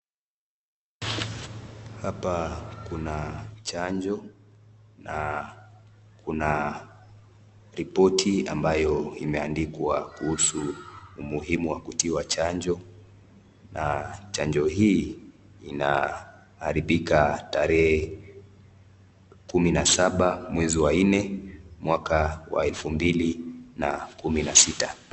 Hapa kuna chanjo, na kuna ripoti ambayo imeandikwa kuhusu wa kutiwa chanjo, na chanjo hii inaharibika tarehe kumi na saba mwezi wa nne mwaka wa elfu mbili kumi na sita.